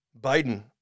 Biden